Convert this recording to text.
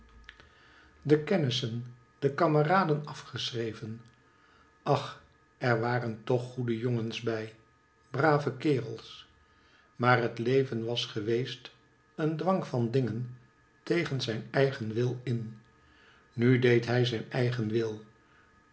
de kennissen de kameraden afgeschreven ach er waren toch goede jongens bij brave kerels maar het leven was geweest een dwang van dingen tegen zijn eigen wil in nu deed hij zijn eigen wil